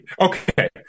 okay